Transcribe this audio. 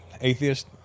Atheist